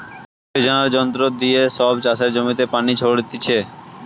স্প্রেযাঁর যন্ত্র দিয়ে সব চাষের জমিতে পানি ছোরাটিছে